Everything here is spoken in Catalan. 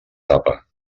tapa